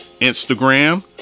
Instagram